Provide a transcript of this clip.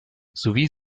sowie